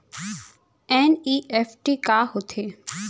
NEFT का होथे?